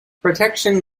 protection